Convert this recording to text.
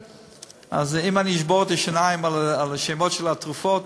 אז אם אני אשבור את השיניים על השמות של התרופות,